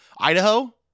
idaho